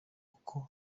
uko